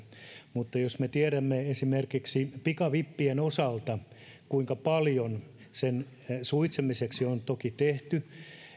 mutta kun me tiedämme esimerkiksi pikavippien osalta kuinka paljon sen suitsimiseksi on toki tehty